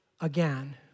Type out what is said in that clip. again